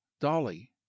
Dolly